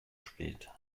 spät